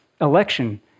election